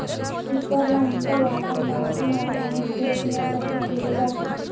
सुपरलाइनचा वापर मासेमारी आणि खेचण्यासाठी केला जातो